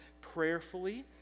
prayerfully